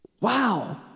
Wow